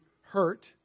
hurt